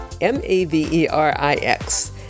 M-A-V-E-R-I-X